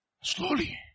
Slowly